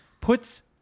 Puts